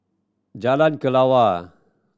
Jalan Kelawar